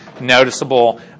noticeable